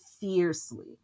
fiercely